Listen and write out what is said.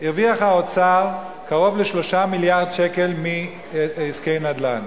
הרוויח האוצר קרוב ל-3 מיליארד שקל מעסקי נדל"ן.